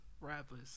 Rappers